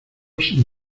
sin